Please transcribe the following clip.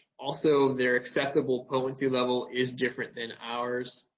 also, there acceptable potency level is different than ours.